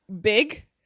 big